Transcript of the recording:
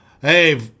Hey